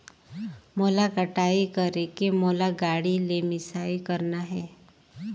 मोला कटाई करेके मोला गाड़ी ले मिसाई करना हे?